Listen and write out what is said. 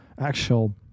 actual